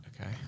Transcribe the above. Okay